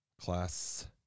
class